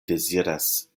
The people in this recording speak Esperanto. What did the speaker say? deziras